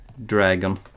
Dragon